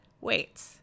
wait